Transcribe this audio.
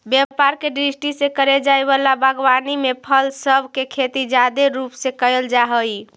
व्यापार के दृष्टि से करे जाए वला बागवानी में फल सब के खेती जादे रूप से कयल जा हई